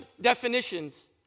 definitions